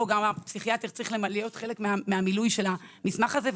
או הפסיכיאטר צריכים להיות חלק מהמילוי של המסמך הזה,